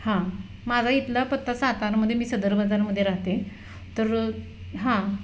हां माझा इथला पत्ता सातारमध्ये मी सदर बाजारमध्ये राहते तर हां